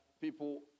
people